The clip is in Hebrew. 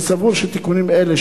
אני סבור כי תיקונים אלה,